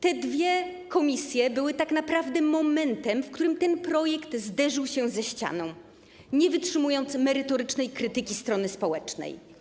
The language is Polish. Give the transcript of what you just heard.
Te dwa posiedzenia komisji były tak naprawdę momentem, w którym ten projekt zderzył się ze ścianą, nie wytrzymując merytorycznej krytyki strony społecznej.